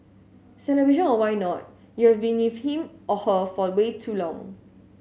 celebration or why not you have been with him or her for way too long